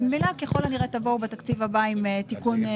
אז ככל הנראה תבואו בתקציב הבא עם תיקון.